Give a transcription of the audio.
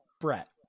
Brett